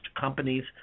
companies